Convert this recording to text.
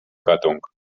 gattung